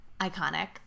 Iconic